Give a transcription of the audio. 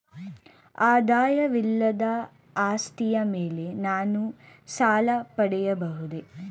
ಆದಾಯವಿಲ್ಲದ ಆಸ್ತಿಯ ಮೇಲೆ ನಾನು ಸಾಲ ಪಡೆಯಬಹುದೇ?